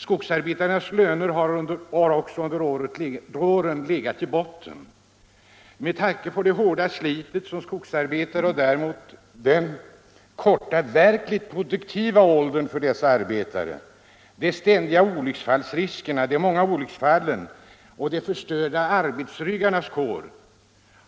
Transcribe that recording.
Skogsarbetarnas löner har också under åren legat i botten. Med tanke på skogsarbetarnas hårda slit och den korta produktiva åldern för dessa arbetare, 'de många olycksfallen och de ständiga riskerna för olycksfall samt de många förstörda ryggarna så